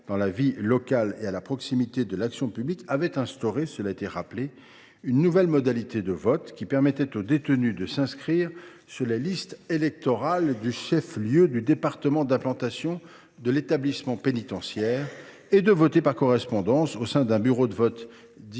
dans la vie locale et à la proximité de l’action publique avait instauré une nouvelle modalité de vote : elle a permis aux détenus de s’inscrire sur les listes électorales du chef lieu du département d’implantation de l’établissement pénitentiaire et de voter par correspondance au sein d’un bureau de vote, dit